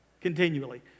continually